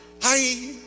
hi